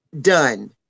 done